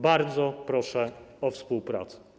Bardzo proszę o współpracę.